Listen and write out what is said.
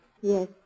Yes